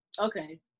Okay